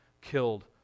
killed